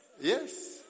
Yes